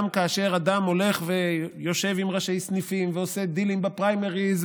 גם כאשר אדם הולך ויושב עם ראשי סניפים ועושה דילים בפריימריז,